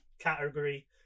category